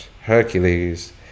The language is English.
Hercules